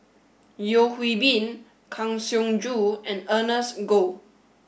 Yeo Hwee Bin Kang Siong Joo and Ernest Goh